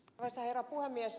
arvoisa herra puhemies